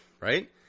right